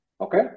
Okay